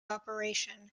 operation